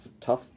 tough